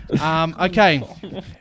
Okay